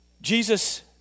Jesus